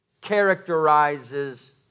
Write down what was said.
characterizes